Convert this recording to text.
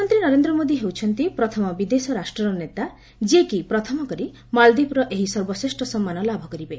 ପ୍ରଧାନମନ୍ତ୍ରୀ ନରେନ୍ଦ୍ର ମୋଦି ହେଉଛନ୍ତି ପ୍ରଥମ ବିଦେଶ ରାଷ୍ଟର ନେତା ଯିଏକି ପ୍ରଥମ କରି ମାଳଦୀପର ଏହି ସର୍ବଶ୍ରେଷ୍ଠ ସମ୍ମାନ ଲାଭ କରିବେ